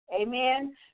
Amen